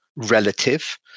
relative